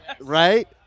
Right